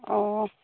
অঁ